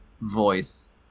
voice